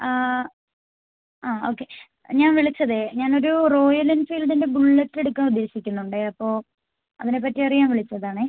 ആ ഓക്കേ ഞാൻ വിളിച്ചത് ഞാൻ ഒരു റോയൽ എൻഫീൽഡിൻ്റെ ബുള്ളറ്റ് എടുക്കാൻ ഉദ്ദേശിക്കുന്നുണ്ട് അപ്പോൾ അതിനെ പറ്റി അറിയാൻ വിളിച്ചതാണ്